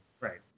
right